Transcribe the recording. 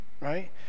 right